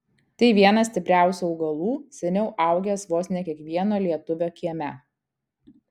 tai vienas stipriausių augalų seniau augęs vos ne kiekvieno lietuvio kieme